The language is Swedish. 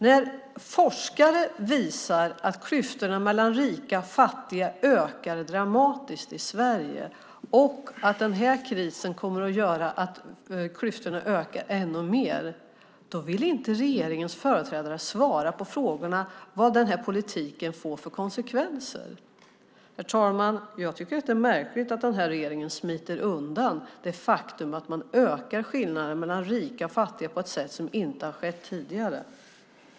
När forskare visar att klyftorna mellan rika och fattiga ökar dramatiskt i Sverige och att den här krisen kommer att göra att klyftorna ökar ännu mer vill regeringens företrädare inte svara på frågorna om vad den här politiken får för konsekvenser. Herr talman! Jag tycker att det är märkligt att den här regeringen smiter undan det faktum att man ökar skillnaderna mellan rika och fattiga på ett sätt som inte har skett tidigare.